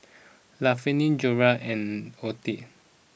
Lafayette Jorja and Othel